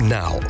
now